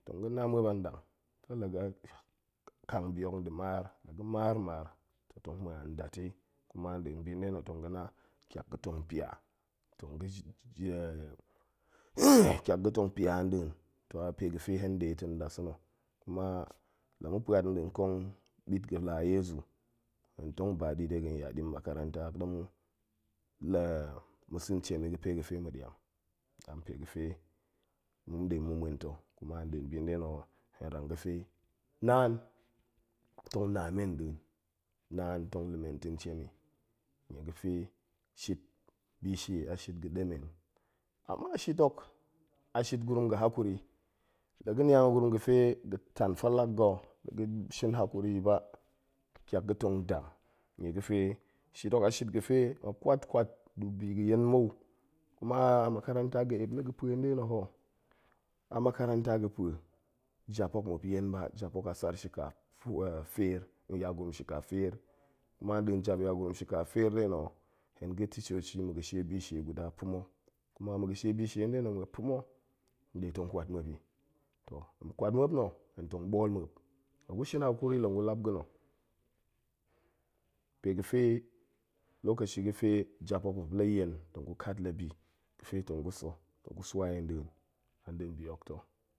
Tong ga̱ na muop an ɗang, sai laga̱ kang bi hok nda̱ maar, la ga̱ maar maar toh tong ma̱an ndate, kuma nɗin bi nɗe na̱ tong ga̱ na ƙiak ga̱ tong pia, tong ga̱, ƙiak ga̱ tong pia nɗin, toh a pe ga̱fe hen nɗe to nɗasa̱na̱, kuma la ma̱ puat nɗin ƙong ɓit ga̱ laa yezu, hen tong ba ɗi de ga̱n ba makaranta hok ɗe ma̱ ma̱ sa̱n tiem i ga̱pe ga̱fe ma̱ ɗiam, an pega̱fe ma̱n ɗe ma̱ muen to, kuma nɗin bi nɗe na̱ ho hen rang ga̱fe naan tong na men nɗin, naan tong la̱ men ta̱n tiem i, nie ga̱fe shit bi shie a shit ga̱ ɗemen, amma shit hok a shit gurum ga̱ hakuri, la ga̱ niang a gurum ga̱fe ga̱ tan falak ga̱ ɗe ga̱ shin hakuri i ba, ƙiak ga̱ tong dam, nie ga̱fe shit hok a shit ga̱fe muop kwat kwat du bi ga̱ yen mou, kuma makaranta ga̱ epp na̱ ga̱pa̱e nɗe na̱ ho a makaranta ga̱ pa̱e, jap hok muop yen ba, jap hok a sar shika fua, feer, yagurum shika feer, kuma nɗin yagurum shika feer nɗe na̱ ho, hen ga̱ tishoshi na̱ ga̱ shie bi shie guda pa̱ma̱, kuma ma̱ ga̱ shie bi shie nɗe na̱ muop pa̱ma̱, hen nɗe tong kwat muop i, toh hen kwat muopna̱, hen tong ɓool muop, tong gu shin hakuri tong gu lap ga̱na̱, pega̱fe, lokashi ga̱fe jap hok muop la yen, tong gu kat labi ga̱fe tong gu sa̱ tong gu swa yi nɗin, ndin bi hok ta̱